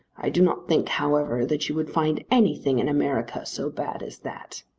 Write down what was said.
i do not think, however, that you would find anything in america so bad as that.